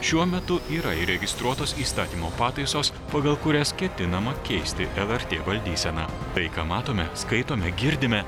šiuo metu yra įregistruotos įstatymo pataisos pagal kurias ketinama keisti lrt valdyseną tai ką matome skaitome girdime